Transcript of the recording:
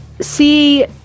see